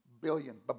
billion